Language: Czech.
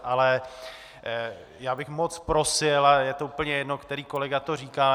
Ale já bych moc prosil a je úplně jedno, který kolega to říká.